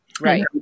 right